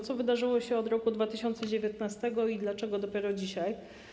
Co wydarzyło się od roku 2019 i dlaczego dopiero dzisiaj?